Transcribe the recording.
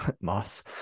moss